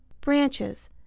Branches